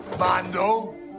Mando